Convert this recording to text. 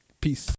Peace